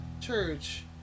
church